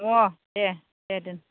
अ दे दे दोन